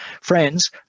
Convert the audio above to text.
Friends